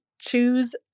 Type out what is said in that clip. choose